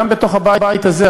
גם בתוך הבית הזה,